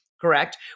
correct